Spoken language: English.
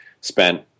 spent